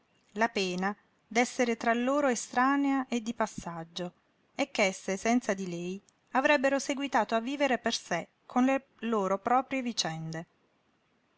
la pena d'essere tra loro estranea e di passaggio e ch'esse senza di lei avrebbero seguitato a vivere per sé con le loro proprie vicende